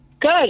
Good